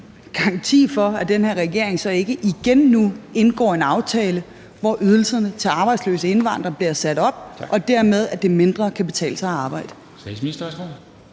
garanti for, at den her regering så ikke nu igen indgår en aftale, hvor ydelserne til arbejdsløse indvandrere bliver sat op, og at det dermed i mindre grad kan betale sig at arbejde. Kl. 23:31 Formanden